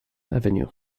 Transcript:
avenue